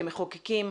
כמחוקקים,